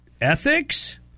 ethics